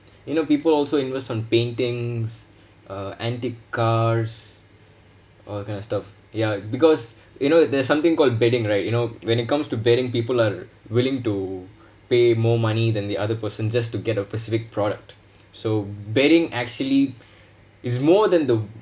you know people also invest on paintings uh antique cars all kind of stuff ya because you know there's something called bidding right you know when it comes to bidding people are willing to pay more money than the other person just to get a specific product so bidding actually is more than the